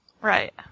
Right